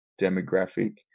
demographic